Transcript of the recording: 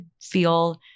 feel